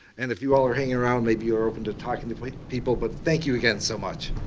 and if you all are hanging around, maybe you're open to talking to people, but thank you again so much.